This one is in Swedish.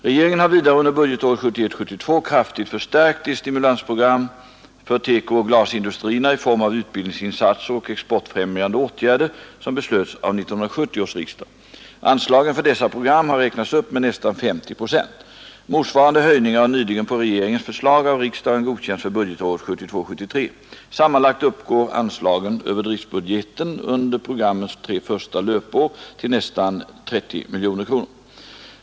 Regeringen har vidare under budgetåret 1971 73. Sammanlagt uppgår anslagen över driftbudgeten under programmens första tre löpår till nästan 30 miljoner kronor.